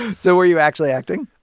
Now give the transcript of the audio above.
so were you actually acting?